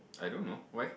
I don't know why